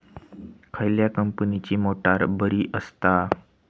खयल्या कंपनीची मोटार बरी असता?